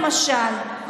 למשל,